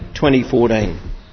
2014